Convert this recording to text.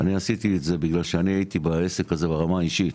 אני עשיתי את זה בגלל שאני הייתי בעסק הזה ברמה האישית,